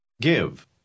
Give